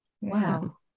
Wow